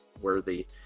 worthy